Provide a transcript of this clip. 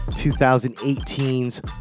2018's